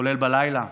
כולל בלילה,